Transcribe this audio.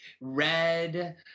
red